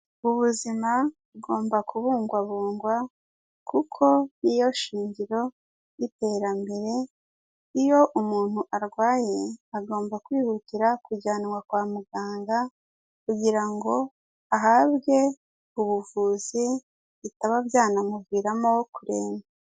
Ubuzima bugomba kubungwabungwa, kuko ni yo shingiro ry'iterambere, iyo umuntu arwaye agomba kwihutira kujyanwa kwa muganga kugira ngo ahabwe ubuvuzi bitaba byanamuviramo kuremba.